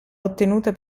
ottenuta